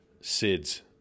Sid's